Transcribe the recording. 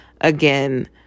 again